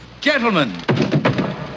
Gentlemen